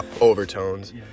overtones